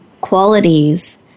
qualities